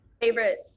favorite